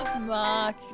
Mark